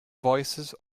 voices